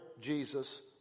Jesus